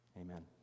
Amen